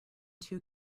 too